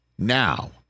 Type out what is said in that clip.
Now